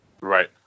Right